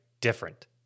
different